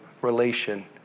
relation